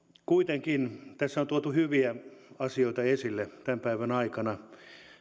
kuitenkin tässä on tuotu hyviä asioita esille tämän päivän aikana